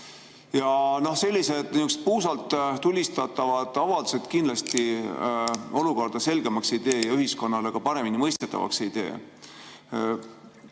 Sellised puusalt tulistatavad avaldused kindlasti olukorda selgemaks ei tee ja ühiskonnale ka paremini mõistetavaks mitte.